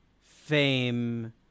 fame